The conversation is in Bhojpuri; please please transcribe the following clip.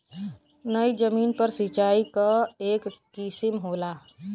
नयी जमीन पर सिंचाई क एक किसिम होला